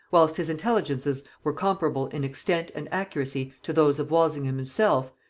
whilst his intelligences were comparable in extent and accuracy to those of walsingham himself,